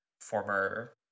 former